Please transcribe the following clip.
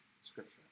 scripture